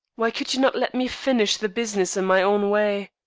why could you not let me finish the business in my own way?